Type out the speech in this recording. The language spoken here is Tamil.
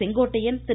செங்கோட்டையன் திரு